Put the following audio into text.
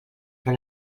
però